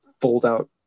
fold-out